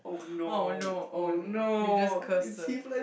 oh no oh no you just cursed her